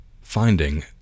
finding